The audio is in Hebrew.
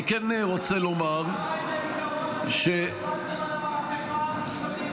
אני כן רוצה לומר ------ המהפכה המשטרית שלכם.